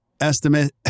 estimate